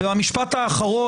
והמשפט האחרון,